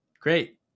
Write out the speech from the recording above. great